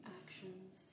actions